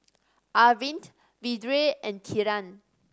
Arvind Vedre and Kiran